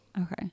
Okay